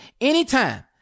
anytime